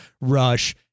Rush